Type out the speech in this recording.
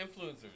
Influencers